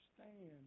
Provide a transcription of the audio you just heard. understand